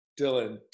Dylan